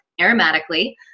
aromatically